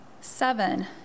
Seven